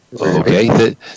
Okay